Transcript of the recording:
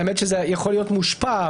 זה יכול להיות מושפע,